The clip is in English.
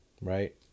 right